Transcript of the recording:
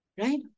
right